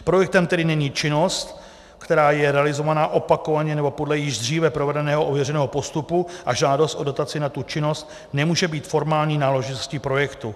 Projektem, který není činnost, která je realizována opakovaně nebo podle již dříve provedeného ověřeného postupu, a žádost o dotaci na tu činnost nemůže mít formální náležitostí projektu.